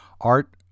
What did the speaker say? Art